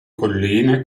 colline